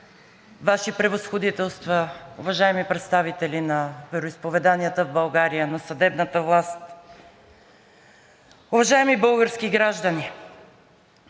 Ваши превъзходителства, уважаеми представители на вероизповеданията в България, на съдебната власт, уважаеми български граждани!